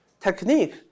technique